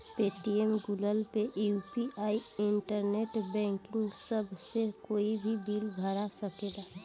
Paytm, Google pay, UPI, internet banking सभ से कोई भी बिल भरा सकेला